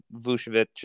Vucevic